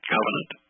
Covenant